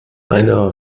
einer